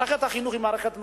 מערכת החינוך היא מערכת מחנכת,